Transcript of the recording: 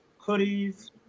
hoodies